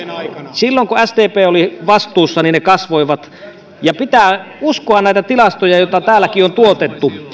silloin kun sdp oli vastuussa ne kasvoivat pitää uskoa näitä tilastoja joita täälläkin on tuotettu